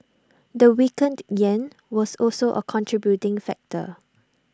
the weakened Yen was also A contributing factor